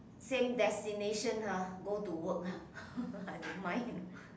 same destination ha go to work ah I don't mind